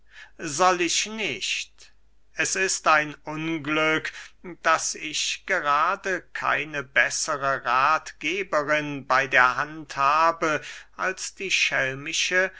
soll ich nicht es ist ein unglück daß ich gerade keine bessere rathgeberin bey der hand habe als die